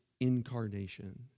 incarnation